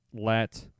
let